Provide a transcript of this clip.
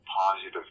positive